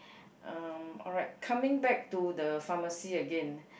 um alright coming back to the pharmacy again